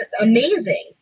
amazing